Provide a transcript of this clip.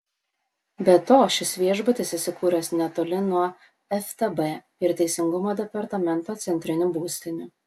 be to šis viešbutis įsikūręs netoli nuo ftb ir teisingumo departamento centrinių būstinių